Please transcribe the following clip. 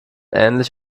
ähnlich